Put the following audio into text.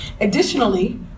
Additionally